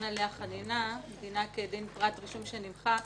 עליה חנינה ודינה כדין פרט רישום שנמחק.